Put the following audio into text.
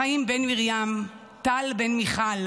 חיים בן מרים, טל בן מיכל,